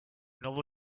nuovo